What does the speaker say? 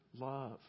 love